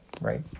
right